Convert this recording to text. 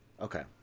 okay